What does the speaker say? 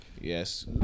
yes